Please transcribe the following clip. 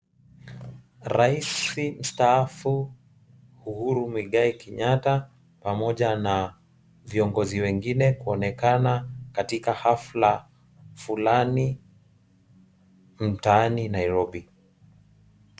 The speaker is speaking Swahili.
Rais Mstaafu Uhuru Mugai Kenyatta pamoja na viongozi wengine kuonekana katika hafla fulani mtaani Nairobi.